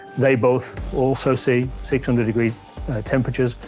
they both also see six hundred degree temperatures.